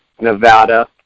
Nevada